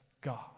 God